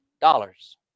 dollars